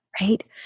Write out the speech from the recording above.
Right